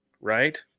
right